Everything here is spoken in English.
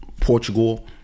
portugal